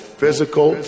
physical